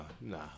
nah